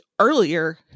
earlier